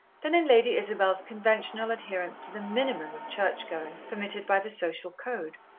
than in lady isabel's conventional adherence to the minimum of church-going permitted by the social code.